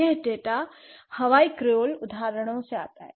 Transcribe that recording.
यह data Hawaii creole उदाहरणों से आता है